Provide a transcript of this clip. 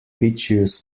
piteous